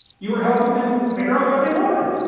you were helping them figure out what they wanted